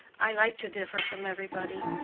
i like to differ from everybody.